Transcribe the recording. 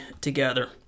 together